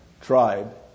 tribe